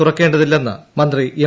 തുറക്കേണ്ടതില്ലെന്ന് മന്ത്രി എം